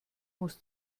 muss